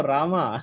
Rama